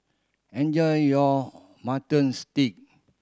enjoy your Mutton Stew